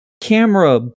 camera